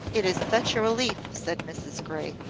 it is such a relief, said mrs grey,